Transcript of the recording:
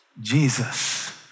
Jesus